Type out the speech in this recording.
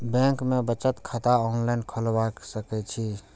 Bank में बचत खाता ऑनलाईन खोलबाए सके छी?